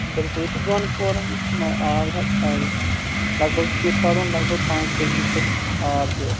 بلکل یہِ چھُ دۄن پوہرَن یُس آب حظ کھالہِ لَگ بَگ چھُ یہِ کھالُن لَگ بَگ پانٛژٕتٲجی پھٕٹ آب ہیوٚر